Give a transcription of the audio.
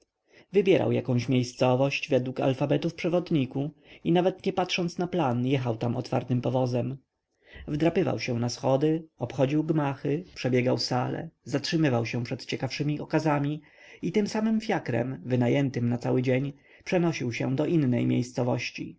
wybierał jakąś miejscowość według alfabetu w przewodniku i nawet nie patrząc na plan jechał tam otwartym powozem wdrapywał się na schody obchodził gmachy przebiegał sale zatrzymywał się przed ciekawszemi okazami i tym samym fiakrem wynajętym na cały dzień przenosił się do innej miejscowości